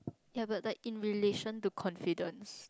ya but like in relation to confidence